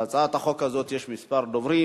להצעת החוק הזאת יש כמה דוברים.